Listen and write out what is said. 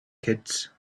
kids